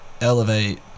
elevate